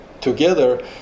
together